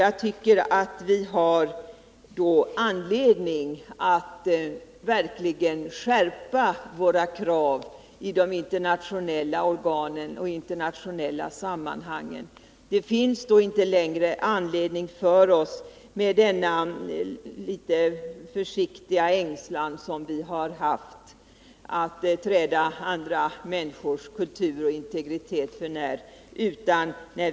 Jag tycker att vi också har anledning att skärpa våra krav i de internationella organen och de internationella sammanhangen. Det finns inte längre någon anledning för oss att hysa den litet försiktiga ängslan som vi tidigare har haft för att träda andra människors kultur och integritet för när.